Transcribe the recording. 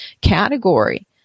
category